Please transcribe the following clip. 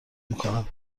میکنم